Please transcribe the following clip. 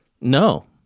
No